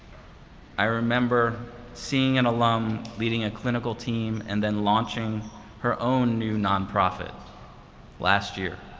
i remember seeing an alum leading a clinical team and then launching her own new nonprofit last year.